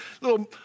little